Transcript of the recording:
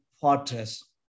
fortress